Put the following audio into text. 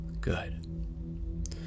good